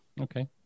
Okay